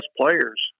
players